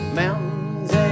mountains